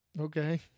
Okay